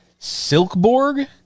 Silkborg